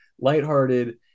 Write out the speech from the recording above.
lighthearted